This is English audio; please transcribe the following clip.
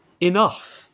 enough